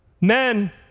men